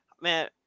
man